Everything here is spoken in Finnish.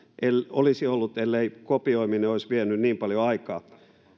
olisi ollut ellei kopioiminen olisi vienyt niin paljon aikaa